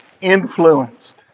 influenced